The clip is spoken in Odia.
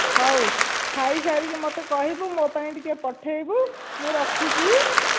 ହଉ ଖାଇସାରିକି ମୋତେ କହିବୁ ମୋ ପାଇଁ ଟିକିଏ ପଠାଇବୁ ମୁଁ ରଖୁଛି